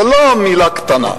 זה לא מלה קטנה.